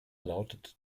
lautete